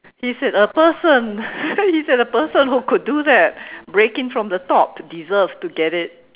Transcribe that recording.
he said a person he said a person who could do that break in from the top to deserves to get it